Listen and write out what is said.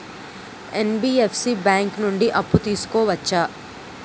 NBFC bank నుండి అప్పు తీసుకోవచ్చా?